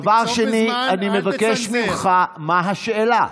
דבר שני, אני מבקש ממך: מה השאלה?